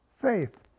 Faith